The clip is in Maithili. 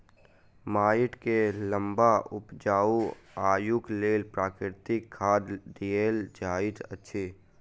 माइट के लम्बा उपजाऊ आयुक लेल प्राकृतिक खाद देल जाइत अछि